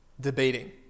debating